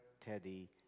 teddy